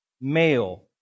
male